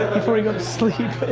before we go to sleep.